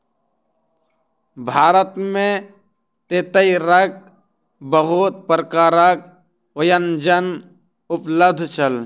बजार में तेतैरक बहुत प्रकारक व्यंजन उपलब्ध छल